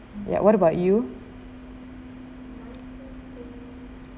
ya what about you